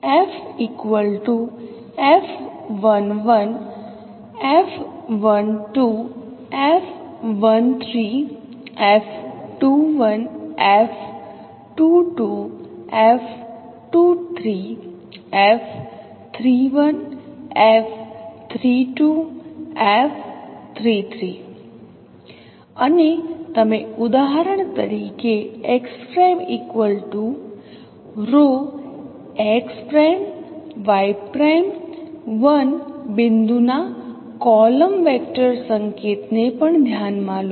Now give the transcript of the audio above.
અને તમે ઉદાહરણ તરીકે x' x' y' 1 બિંદુના કોલમ વેક્ટર સંકેત ને પણ ધ્યાન માં લો